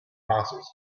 passes